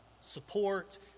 support